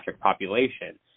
population